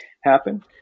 happen